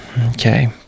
okay